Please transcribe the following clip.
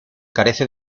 carece